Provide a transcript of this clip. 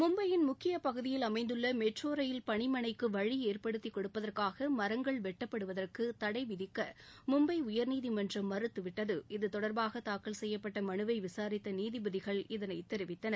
மும்பையின் முக்கிய பகுதியில் அமைந்துள்ள மெட்ரோ ரயில் பணிமனைக்கு வழி ஏற்படுத்தி கொடுப்பதற்காக மரங்கள் வெட்டப்படுவதற்கு தடை விதிக்க மும்பை உயர்நீதிமன்றம் மறுத்துவிட்டது இதுதொடர்பாக தாக்கல் செய்யப்பட்ட மனுவை விசாரித்த நீதிபதிகள் இதனை தெரிவித்தனர்